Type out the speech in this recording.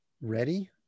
ready